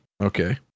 Okay